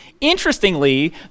Interestingly